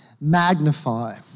Magnify